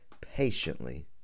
patiently